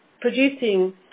producing